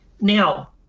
Now